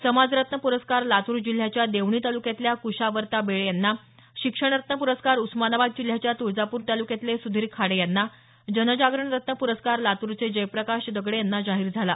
समाजरत्न प्रस्कार लातूर जिल्ह्याच्या देवणी तालुक्यातल्या कुशावर्ता बेळे यांना शिक्षणरत्न पुरस्कार उस्मानाबाद जिल्ह्याच्या तुळजापूर तालुक्यातले सुधीर खाडे यांना जनजागरण रत्न प्रस्कार लातूरचे जयप्रकाश दगडे यांना जाहीर झाला